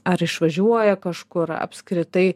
ar išvažiuoja kažkur apskritai